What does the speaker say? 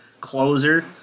closer